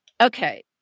Okay